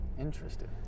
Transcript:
Interesting